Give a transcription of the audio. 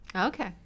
Okay